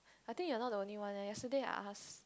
I think you're not the only one eh yesterday I ask